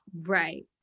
Right